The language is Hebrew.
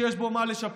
שיש בו מה לשפר,